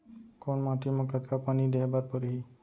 कोन माटी म कतका पानी देहे बर परहि?